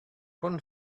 one